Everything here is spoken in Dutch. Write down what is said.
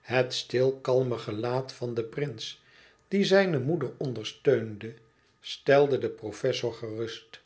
het stil kalme gelaat van den prins die zijne moeder ondersteunde stelde den professor gerust